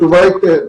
התשובה היא כן.